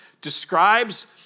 describes